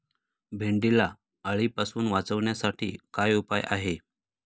भेंडीला अळीपासून वाचवण्यासाठी काय उपाय आहे?